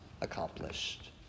accomplished